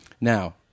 Now